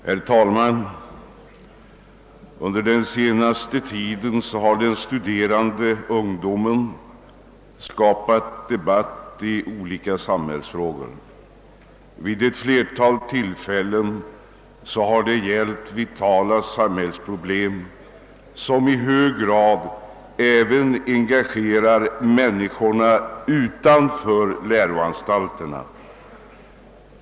Herr talman! Under den senaste tiden har den studerande ungdomen skapat debatt i olika samhällsfrågor. Vid ett flertal tillfällen har det gällt vitala samhällsproblem, som i hög grad engagerar även människorna utanför läroanstalterna.